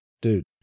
Dude